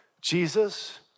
Jesus